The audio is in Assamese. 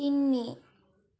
তিনি